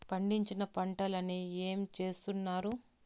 పండించిన పంటలని ఏమి చేస్తున్నారు?